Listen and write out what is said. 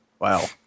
Wow